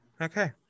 Okay